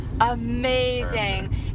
amazing